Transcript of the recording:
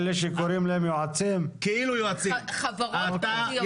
למיטב זיכרוני במקרה של מספרה הוא יחתום על תצהיר שהוא עומד בכל התנאים,